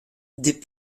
des